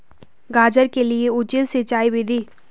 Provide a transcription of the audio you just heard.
गाजर के लिए उचित सिंचाई विधि?